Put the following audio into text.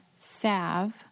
salve